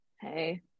Hey